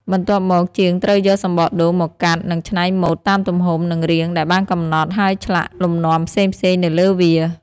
បន្ទាប់មក ជាងត្រូវយកសំបកដូងមកកាត់និងច្នៃម៉ូដតាមទំហំ និងរាងដែលបានកំណត់ ហើយឆ្លាក់លំនាំផ្សេងៗនៅលើវា។